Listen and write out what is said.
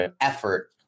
effort